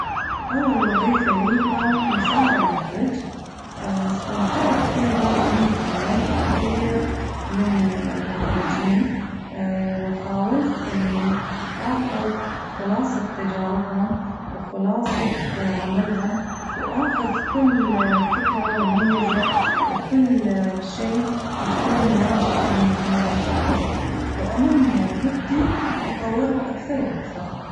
أول وظيفة لي كانت مساعد مخرج استمتعت فيها لأني تعلمت كثير من المخرجين وحاولت إني آخذ خلاصة تجاربهم وخلاصة عملهم وآخذ كل فكرة مميزة وكل شي يكون ناجح من هذا الشخص وأنمي موهبتي وأطورها أكثر وأكثر.